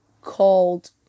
called